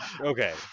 Okay